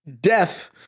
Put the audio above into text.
Death